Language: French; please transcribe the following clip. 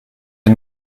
est